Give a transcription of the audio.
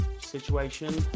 Situation